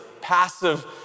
passive